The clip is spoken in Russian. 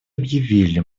объявили